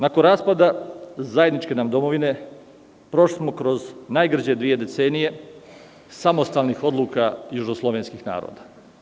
Nakon raspada zajedničke nam domovine prošli smo kroz najgrđe dve decenije samostalnih odluka južnoslovenskih naroda.